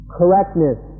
correctness